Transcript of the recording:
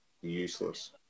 Useless